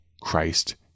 Christ